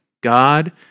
God